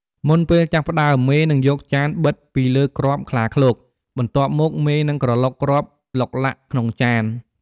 មុនពេលចាប់ផ្តើម មេនឹងយកចានបិទពីលើគ្រាប់ខ្លាឃ្លោក បន្ទាប់មកមេនឹងក្រឡុកគ្រាប់ឡុកឡាក់ក្នុងចាន។